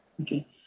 Okay